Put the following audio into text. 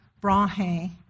Brahe